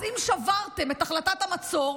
אז אם שברתם את החלטת המצור,